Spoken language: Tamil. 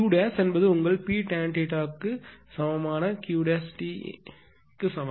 Q′ என்பது உங்கள் P Tan θ2 க்கு சமமான Q′t க்கு சமம்